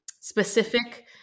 specific